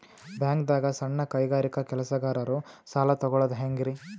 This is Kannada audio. ಬ್ಯಾಂಕ್ದಾಗ ಸಣ್ಣ ಕೈಗಾರಿಕಾ ಕೆಲಸಗಾರರು ಸಾಲ ತಗೊಳದ್ ಹೇಂಗ್ರಿ?